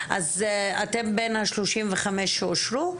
אז אתם בין השלושים וחמישה שאושרו?